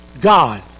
God